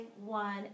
one